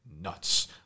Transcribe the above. nuts